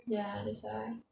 ya that's why